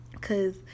Cause